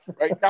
right